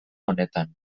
honetan